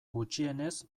gutxienez